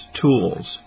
tools